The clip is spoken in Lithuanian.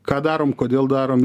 ką darom kodėl darom